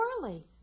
early